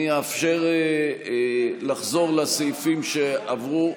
אני אאפשר לחזור לסעיפים שעברו.